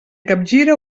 capgira